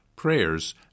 prayers